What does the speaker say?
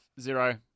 Zero